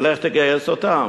תלך תגייס אותם?